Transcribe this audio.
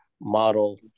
model